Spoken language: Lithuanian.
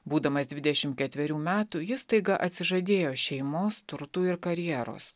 būdamas dvidešimt ketverių metų jis staiga atsižadėjo šeimos turtų ir karjeros